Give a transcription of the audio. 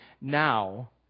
now